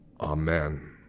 Amen